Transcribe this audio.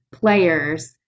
players